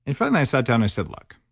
and finally i sat down i said, look,